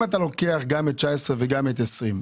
אם אתה לוקח גם את 2019 וגם את 2020,